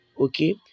okay